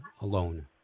alone